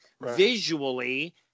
visually